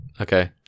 Okay